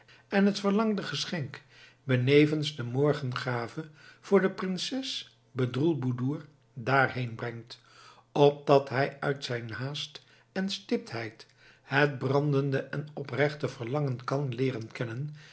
en het verlangde geschenk benevens de morgengave voor de prinses bedroelboedoer daarheen brengt opdat hij uit mijn haast en stiptheid het brandende en oprechte verlangen kan leeren kennen